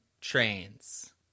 trains